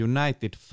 United